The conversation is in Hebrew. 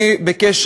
אני בקשר,